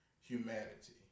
humanity